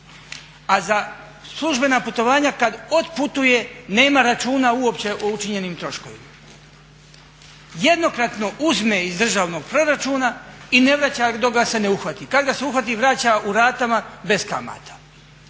a za službena putovanja kad otputuje nema računa uopće o učinjenim troškovima. Jednokratno uzme iz državnog proračuna i ne vraća dok ga se ne uhvati. Kad ga se uhvati vraća u ratama bez kamata.